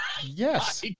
Yes